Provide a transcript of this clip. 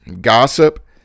gossip